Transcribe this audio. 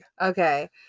Okay